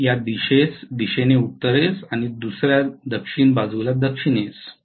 एक या दिशेने उत्तरेस आणि दुसर्या दक्षिण बाजूला दक्षिणेस